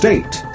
State